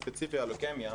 ספציפית בלוקמיה,